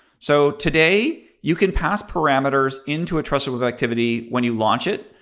so today you could pass parameters into a trusted web activity when you launch it.